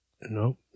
Nope